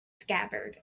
scabbard